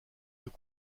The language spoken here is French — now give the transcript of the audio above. deux